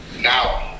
Now